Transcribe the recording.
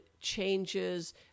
changes